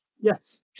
Yes